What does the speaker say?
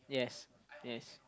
yes yes